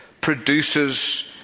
produces